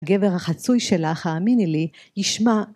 הגבר החצוי שלך, האמיני לי, ישמע